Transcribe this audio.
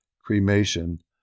Cremation